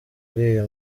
uriya